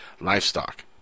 livestock